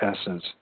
essence